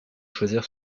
choisir